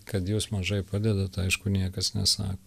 kad jūs mažai padedat aišku niekas nesa